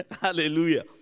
Hallelujah